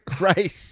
Right